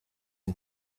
ein